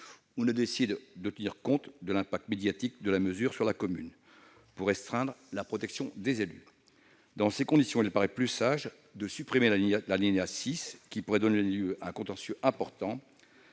ou décide de tenir compte de l'impact médiatique de la mesure sur la commune pour restreindre la protection des élus. Dans ces conditions, il paraît plus sage de supprimer l'alinéa 6 qui pourrait donner lieu à un contentieux important.